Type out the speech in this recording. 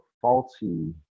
faulty